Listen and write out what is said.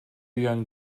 young